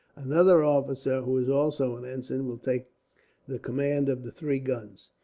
another officer, who is also an ensign, will take the command of the three guns.